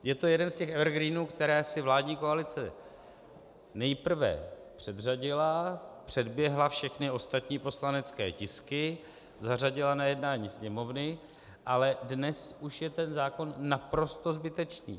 Je to jeden z těch evergreenů, které si vládní koalice nejprve předřadila, předběhla všechny ostatní poslanecké tisky, zařadila na jednání Sněmovny, ale dnes už je ten zákon naprosto zbytečný.